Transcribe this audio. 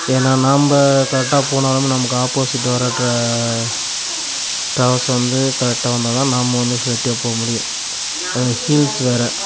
ஏன்னா நம்ம கரெட்டாக போனாலும் நமக்கு ஆப்போசிட்டில் வர டிரா டிராவல்ஸ் வந்து கரெட்டாக வந்தால்தான் நம்ம வந்து சேஃப்ட்டியாக போக முடியும் அதுவும் ஹில்ஸ் வேறு